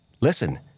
Listen